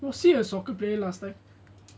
was he a soccer player last time